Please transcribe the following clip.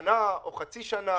שנה או חצי שנה.